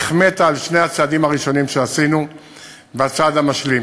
החמאת על שני הצעדים הראשונים שעשינו והצעד המשלים,